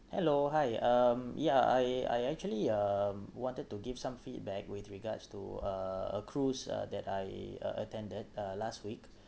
hello hi um yeah I I actually um wanted to give some feedback with regards to uh a cruise uh that I uh attended uh last week